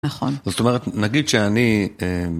נכון. זאת אומרת, נגיד שאני...